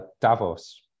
Davos